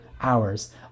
hours